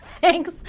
thanks